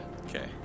Okay